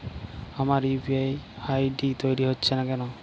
আমার UPI ID তৈরি হচ্ছে না কেনো?